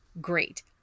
great